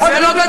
תגידו אתם,